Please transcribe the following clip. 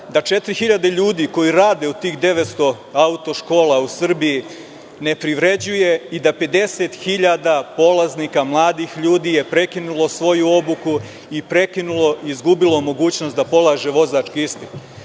da 4.000 ljudi koji rade u tih 900 auto škola u Srbiji ne privređuje i da 50.000 polaznika mladih ljudi je prekinulo svoju obuku i izgubilo mogućnost da polaže vozački